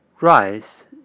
rice